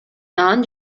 нан